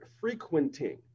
frequenting